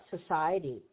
Society